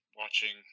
watching